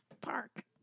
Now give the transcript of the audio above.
Park